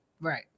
Right